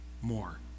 more